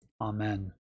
Amen